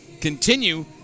continue